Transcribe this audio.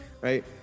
right